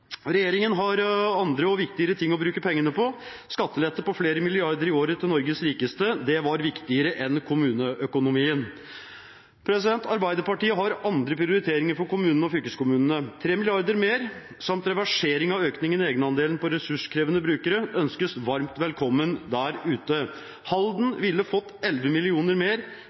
Regjeringen har andre og viktigere ting å bruke pengene på. Skattelette på flere milliarder i året til Norges rikeste var viktigere enn kommuneøkonomien. Arbeiderpartiet har andre prioriteringer for kommunene og fylkeskommunene. 3 mrd. kr mer samt reversering av økningen i egenandelen for ressurskrevende brukere ønskes varmt velkommen der ute. Halden ville fått 11 mill. kr mer,